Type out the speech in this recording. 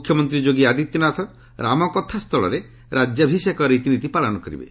ମୁଖ୍ୟମନ୍ତ୍ରୀ ଯୋଗୀ ଆଦିତ୍ୟନାଥ ରାମକଥା ସ୍ଥଳରେ ରାଜ୍ୟାଭିଷେକ ରୀତିନୀତି ପାଳନ କରିବେ